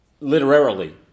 literarily